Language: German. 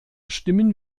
stimmen